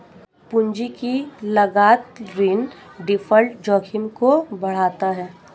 पूंजी की लागत ऋण डिफ़ॉल्ट जोखिम को बढ़ाता है